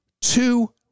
two